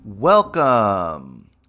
Welcome